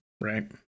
Right